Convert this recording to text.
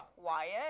quiet